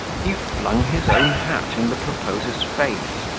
he flung his own hat in the proposer's face,